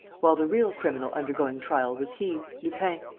while the real criminal undergoing trial was he, lupin,